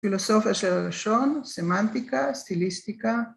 ‫פילוסופיה של הלשון, ‫סמנטיקה, סטיליסטיקה.